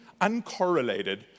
uncorrelated